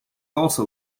also